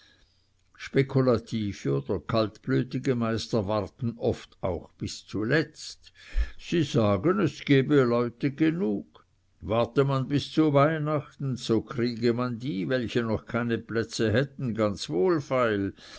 oder kaltblütige meister warten auch oft bis zuletzt sie sagen es gebe leute genug warte man bis zu weihnachten so kriege man die welche noch keine plätze hätten ganz wohlfeil